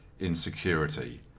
insecurity